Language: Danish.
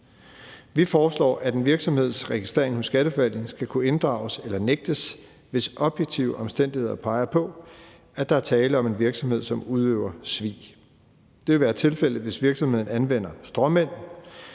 Vi foreslår, at en virksomheds registrering hos Skatteforvaltningen skal kunne inddrages eller nægtes, hvis objektive omstændigheder peger på, at der er tale om en virksomhed, som udøver svig. Det vil være tilfældet, hvis virksomheden anvender stråmænd,